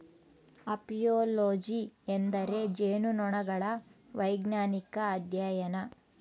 apiology ಎಂದರೆ ಜೇನುನೊಣಗಳ ವೈಜ್ಞಾನಿಕ ಅಧ್ಯಯನ